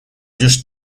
just